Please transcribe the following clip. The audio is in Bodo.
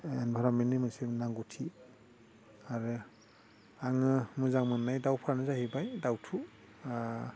इनभार्मेन्टनि मोनसे नांगौथि आरो आङो मोजां मोन्नाय दाउफ्रानो जाहैबाय दाउथु